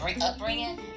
upbringing